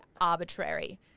arbitrary